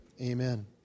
amen